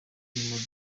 rw’imodoka